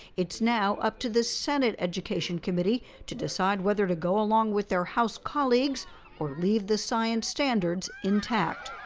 it's now up to the senate education committee to decide whether to go along with their house colleagues or leave the science standards intact.